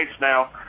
now